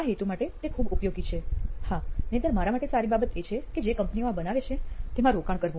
આ હેતુ માટે તે ખુબ ઉપયોગી છેહા નહીંતર મારા માટે સારી બાબત એ છે કે જે કંપનીઓ આ બનાવે છે તેમાં રોકાણ કરવું